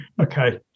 Okay